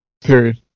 Period